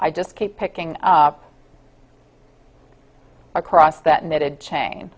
i just keep picking up across that knitted chain